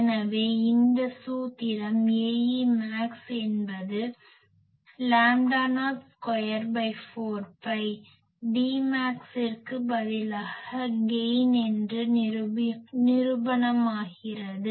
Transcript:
எனவே இந்த சூத்திரம் Ae max என்பது லாம்டா நாட் ஸ்கொயர்4பை Dmaxஇற்கு பதில் கெய்ன் என்று நிரூபணமாகிறது